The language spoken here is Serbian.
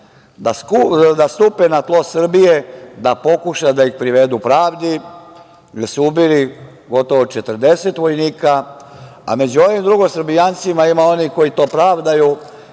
da stupe na tlo Srbije, da pokuša da ih privedu pravdi, jer su ubili gotovo 40 vojnika.Među ovim drugosrbijancima ima onih koji to pravdaju